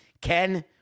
Ken